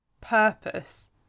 purpose